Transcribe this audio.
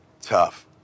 tough